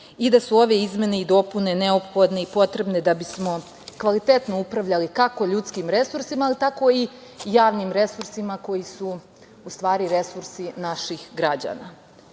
i da su ove izmene i dopune neophodne i potrebne da bismo kvalitetno upravljali kako ljudskim resursima, ali tako i javnim resursima koji su u stvari resursi naših građana. Javna